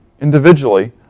individually